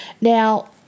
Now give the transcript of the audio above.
Now